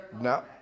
No